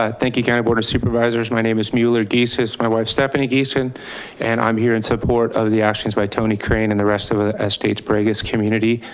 um thank you karen and board of supervisors, my name is mueller gisson, my wife stephanie gisson and i'm here in support of the actions by tony crane and the rest of of the estates borregas community.